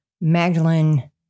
Magdalene